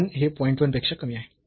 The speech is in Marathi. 1 पेक्षा कमी आहे